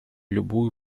любую